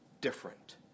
different